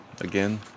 again